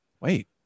wait